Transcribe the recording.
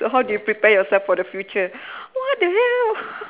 so how do you prepare yourself for the future what the hell